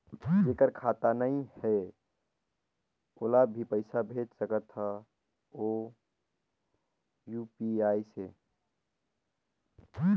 जेकर खाता नहीं है ओला भी पइसा भेज सकत हो यू.पी.आई से?